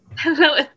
Hello